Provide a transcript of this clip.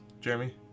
Jeremy